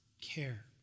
care